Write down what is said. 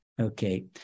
okay